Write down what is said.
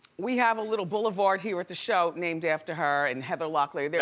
we have a little boulevard here at the show named after her and heather locklear.